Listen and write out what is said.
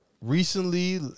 recently